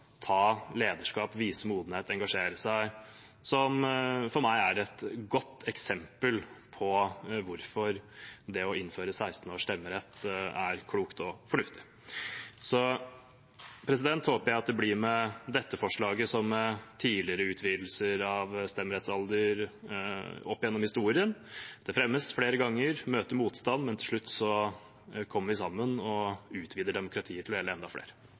som for meg er et godt eksempel på hvorfor det å innføre 16-års stemmerett er klokt og fornuftig. Jeg håper det blir med dette forslaget som med tidligere utvidelse av stemmerettsalder opp igjennom historien. Det fremmes flere ganger og møter motstand, men til slutt kommer vi sammen og utvider demokratiet til å gjelde enda flere.